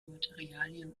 materialien